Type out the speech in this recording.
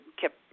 kept